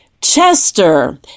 Chester